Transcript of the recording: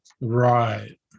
Right